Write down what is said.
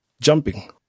jumping